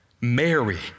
Mary